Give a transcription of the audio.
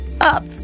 up